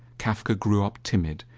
kafka grew up timid,